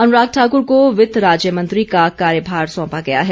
अनुराग ठाकुर को वित्त राज्य मंत्री का कार्यभार सौंपा गया है